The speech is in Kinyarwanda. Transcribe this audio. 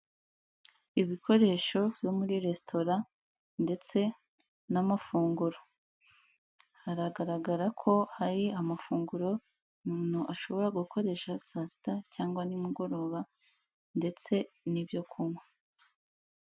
Ibikoresho byo muri resitora ndetse n'amafunguro, haragaragara ko hari amafunguro, umuntu ashobora gukoresha saa sita cyangwa nimugoroba ndetse n'ibyo kunywa.